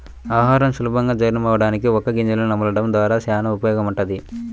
ఆహారం సులభంగా జీర్ణమవ్వడానికి వక్క గింజను నమలడం ద్వారా చానా ఉపయోగముంటది